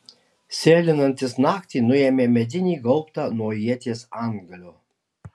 sėlinantis naktį nuėmė medinį gaubtą nuo ieties antgalio